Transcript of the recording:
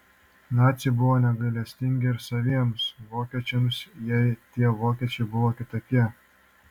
naciai buvo negailestingi ir saviems vokiečiams jei tie vokiečiai buvo kitokie